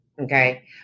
okay